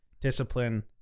discipline